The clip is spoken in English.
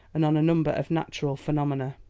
and on a number of natural phenomena.